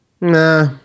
Nah